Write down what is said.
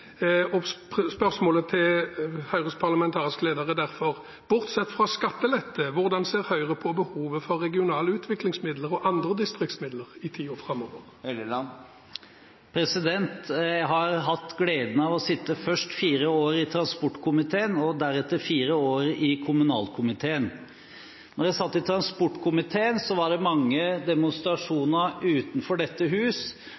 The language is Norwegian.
velferdssamfunnet, skape mer. Spørsmålet til Høyres parlamentariske leder er derfor: Bortsett fra skattelette, hvordan ser Høyre på behovet for regionale utviklingsmidler og andre distriktsmidler i tiden framover? Jeg har hatt gleden av å sitte først fire år i transportkomiteen og deretter fire år i kommunalkomiteen. Da jeg satt i transportkomiteen, var det mange demonstrasjoner utenfor dette hus.